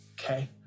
okay